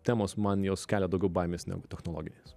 temos man jos kelia daugiau baimės negu technologinės